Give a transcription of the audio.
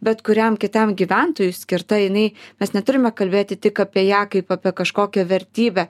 bet kuriam kitam gyventojui skirta jinai mes neturime kalbėti tik apie ją kaip apie kažkokią vertybę